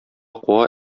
куа